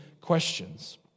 questions